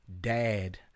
dad